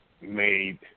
made